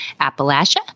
Appalachia